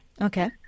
Okay